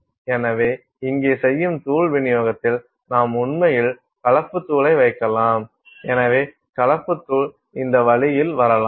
எனவே இங்கே செய்யும் தூள் விநியோகத்தில் நாம் உண்மையில் கலப்பு தூளை வைக்கலாம் எனவே கலப்பு தூள் இந்த வழியில் வரலாம்